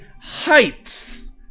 heights